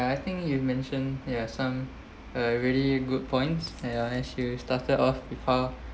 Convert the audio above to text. I think you mention ya some uh really good points ya and she will started off before